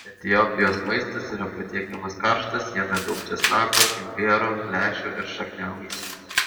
etiopijos maistas yra patiekiamas karštas jame daug česnako imbiero lęšių ir šakniavaisių